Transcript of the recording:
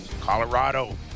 Colorado